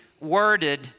worded